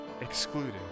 excluded